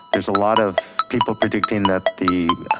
there's a lot of people predicting that the